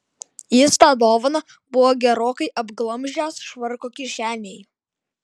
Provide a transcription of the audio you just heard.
jis tą dovaną buvo gerokai apglamžęs švarko kišenėj